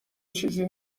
چیزی